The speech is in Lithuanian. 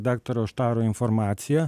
daktaro štaro informaciją